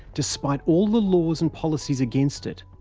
despite all the laws and policies against it,